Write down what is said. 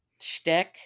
Shtick